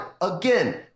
again